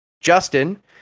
Justin